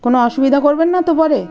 কোনো অসুবিধা করবেন না তো পরে